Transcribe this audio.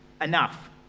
Enough